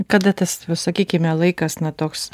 kada tas sakykime laikas ne toks